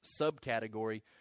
subcategory